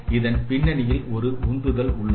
இதன் பின்னணியில் ஒரு உந்துதல் உள்ளது